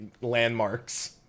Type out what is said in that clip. landmarks